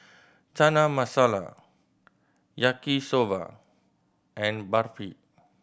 Chana Masala Yaki Soba and Barfi